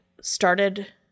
started